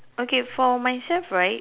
okay for myself right